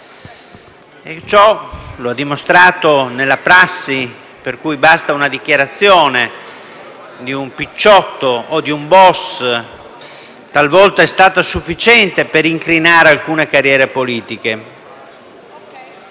Ciò è dimostrato nella prassi per cui talvolta una dichiarazione di un picciotto o di un boss è stata sufficiente per incrinare alcune carriere politiche,